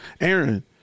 Aaron